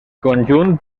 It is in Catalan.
conjunt